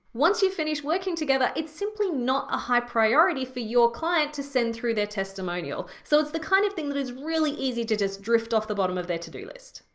once you've finished working together, it's simply not a high priority for your client to send through their testimonial. so it's the kind of thing that is really easy to just drift off the bottom of their to-do list.